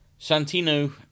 Santino